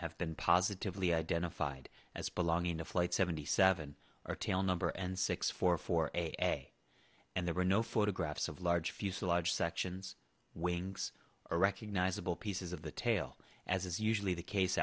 have been positively identified as belonging to flight seventy seven or tail number and six four four a and there were no photographs of large fuselage sections wings or recognizable pieces of the tail as is usually the case